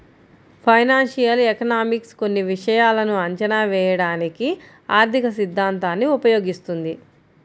financial economics కొన్ని విషయాలను అంచనా వేయడానికి ఆర్థికసిద్ధాంతాన్ని ఉపయోగిస్తుంది